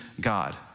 God